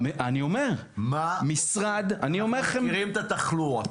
אנחנו מכירים את התחלואות?